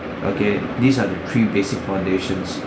okay these are the three basic foundations